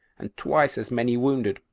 and twice as many wounded.